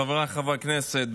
חבריי חברי הכנסת,